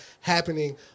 happening